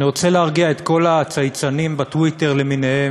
אני רוצה להרגיע את כל הצייצנים בטוויטר למיניהם